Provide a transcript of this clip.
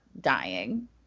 dying